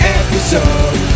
episode